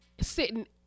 sitting